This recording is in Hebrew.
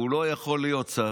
והוא לא יכול להיות שר,